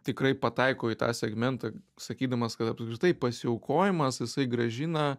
tikrai pataiko į tą segmentą sakydamas kad apskritai pasiaukojimas jisai grąžina